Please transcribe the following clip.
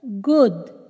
good